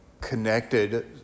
connected